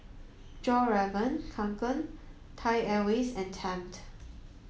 Fjallraven Kanken Thai Airways and Tempt